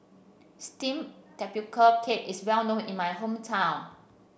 steamed Tapioca Cake is well known in my hometown